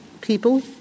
people